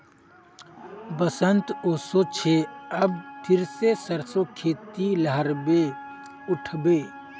बसंत ओशो छे अब फिर से सरसो खेती लहराबे उठ बे